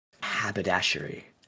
haberdashery